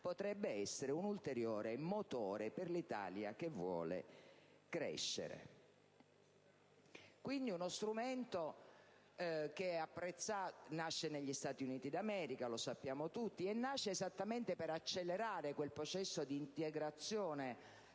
potrebbe essere un ulteriore motore per l'Italia che vuole crescere. Quello che abbiamo davanti è uno strumento che nasce negli Stati Uniti d'America - lo sappiamo tutti - e nasce esattamente per accelerare quel processo di integrazione